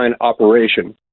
operation